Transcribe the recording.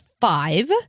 five